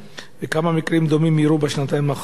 3. כמה מקרים דומים אירעו בשנתיים האחרונות והיכן?